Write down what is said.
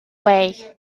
way